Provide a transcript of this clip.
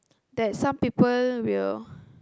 that some people will